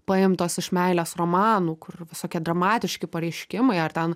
paimtos iš meilės romanų kur visokie dramatiški pareiškimai ar ten